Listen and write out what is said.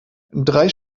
drei